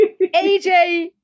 AJ